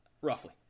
roughly